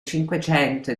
cinquecento